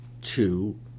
two